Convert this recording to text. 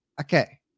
Okay